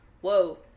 Whoa